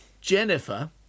Jennifer